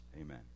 Amen